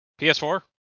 PS4